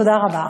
תודה רבה.